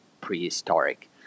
prehistoric